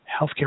healthcare